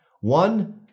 One